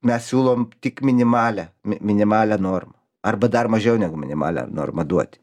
mes siūlom tik minimalią minimalią normą arba dar mažiau negu minimalią normą duoti